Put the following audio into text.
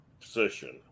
position